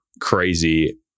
crazy